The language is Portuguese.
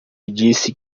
disse